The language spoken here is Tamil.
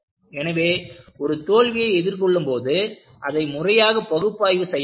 எனவே ஒரு தோல்வியை எதிர்கொள்ளும்போது அதை முறையாக பகுப்பாய்வு செய்ய வேண்டும்